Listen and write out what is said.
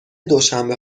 دوشنبه